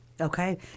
Okay